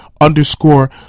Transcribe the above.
Underscore